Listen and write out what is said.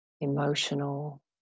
emotional